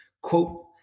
Quote